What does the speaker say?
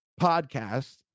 podcast